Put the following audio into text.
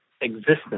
existence